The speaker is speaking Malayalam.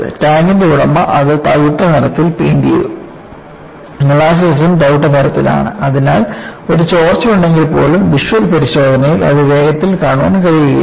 ടാങ്കിന്റെ ഉടമ അത് തവിട്ട് പെയിന്റ് ചെയ്തു മോളാസസും തവിട്ട് നിറത്തിലാണ് അതിനാൽ ഒരു ചോർച്ചയുണ്ടെങ്കിൽപ്പോലും വിഷ്വൽ പരിശോധനയിലൂടെ അത് വേഗത്തിൽ കാണാൻ കഴിയില്ല